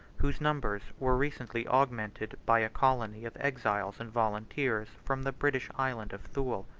whose numbers were recently augmented by a colony of exiles and volunteers from the british island of thule.